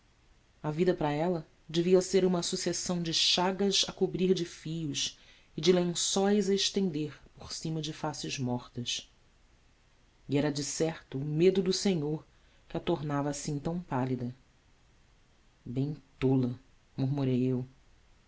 a vida para ela devia ser uma sucessão de chagas a cobrir de fios e de lençóis a estender por cima de faces mortas e era decerto o medo do senhor que a tornava assim tão pálida bem tola murmurei eu